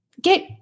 Get